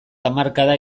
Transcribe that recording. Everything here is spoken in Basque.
hamarkada